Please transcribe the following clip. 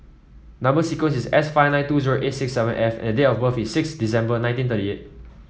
number sequence is S five nine two zero eight six seven F and date of birth is six December nineteen thirty eight